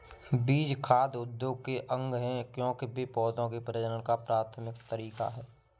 बीज खाद्य उद्योग के अंग है, क्योंकि वे पौधों के प्रजनन का प्राथमिक तरीका है